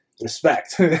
respect